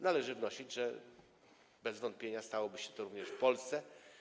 Należy wnosić, że bez wątpienia stałoby się to również w Polsce.